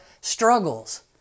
struggles